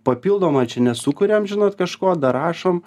papildomai čia nesukuriam žinot kažko dar rašom